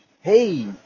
Hey